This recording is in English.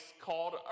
called